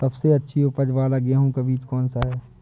सबसे अच्छी उपज वाला गेहूँ का बीज कौन सा है?